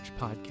Podcast